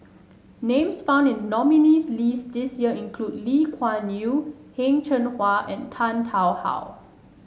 names found in the nominees' list this year include Lee Kuan Yew Heng Cheng Hwa and Tan Tarn How